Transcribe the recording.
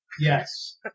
Yes